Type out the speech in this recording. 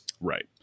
Right